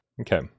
Okay